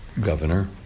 governor